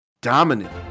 Dominant